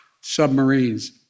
submarines